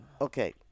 okay